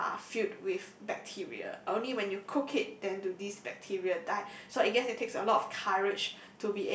are filled with bacteria only when you cook it then do these bacteria die so I guess it takes a lot of courage